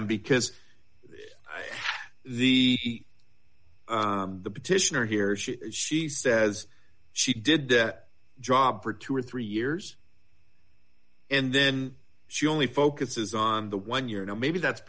them because the the petitioner here she she says she did that job for two or three years and then she only focuses on the one year now maybe that's